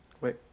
Wait